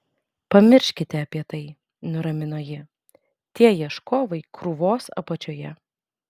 pamirškite apie tai nuramino ji tie ieškovai krūvos apačioje